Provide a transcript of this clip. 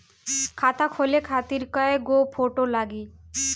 खाता खोले खातिर कय गो फोटो लागी?